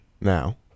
now